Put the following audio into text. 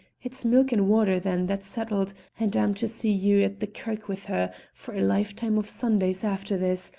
it's milk-and-water then that's settled, and i'm to see you at the kirk with her for a lifetime of sundays after this,